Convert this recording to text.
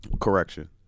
Correction